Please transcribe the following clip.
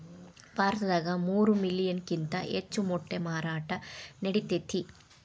ಭಾರತದಾಗ ಮೂರ ಮಿಲಿಯನ್ ಕಿಂತ ಹೆಚ್ಚ ಮೊಟ್ಟಿ ಮಾರಾಟಾ ನಡಿತೆತಿ